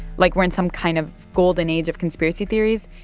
like we're in some kind of golden age of conspiracy theories,